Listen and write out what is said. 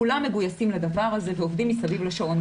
כולם מגויסים לדבר הזה ועובדים מסביב לשעון,